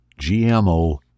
gmo